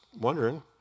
wondering